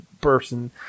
person